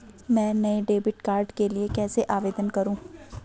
मैं नए debit card के लिए कैसे आवेदन करूं?